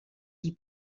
die